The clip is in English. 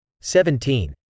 Seventeen